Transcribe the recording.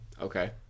Okay